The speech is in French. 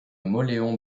mauléon